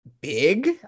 big